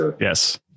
yes